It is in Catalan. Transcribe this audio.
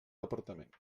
departament